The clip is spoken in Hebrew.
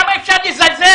כמה אפשר לזלזל?